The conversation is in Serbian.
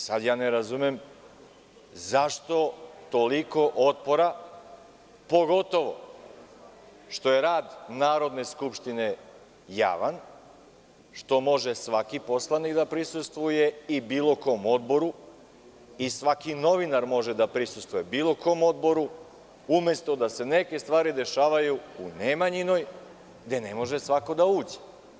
Sad ja ne razumem, zašto toliko otpora, pogotovo što je rad Narodne skupštine javan, što može svaki poslanik da prisustvuje i bilo kom odboru i svaki novinar može da prisustvuje bilo kom odboru, umesto da se neke stvari dešavaju u Nemanjinoj gde ne može svako da uđe.